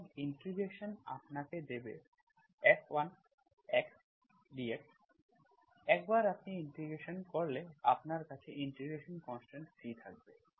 সুতরাং ইন্টিগ্রেশন আপনাকে দেবে f1xdxC একবার আপনি ইন্টিগ্রেশন করলে আপনার কাছে ইন্টিগ্রেশন কনস্ট্যান্ট C থাকবে